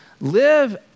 Live